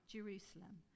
Jerusalem